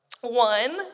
One